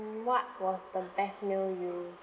what was the best meal you